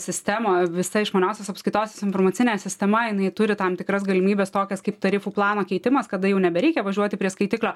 sistemą visa išmaniosios apskaitos informacinė sistema jinai turi tam tikras galimybes tokias kaip tarifų plano keitimas kada jau nebereikia važiuoti prie skaitiklio